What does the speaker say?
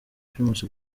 primus